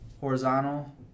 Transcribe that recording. horizontal